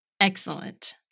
excellent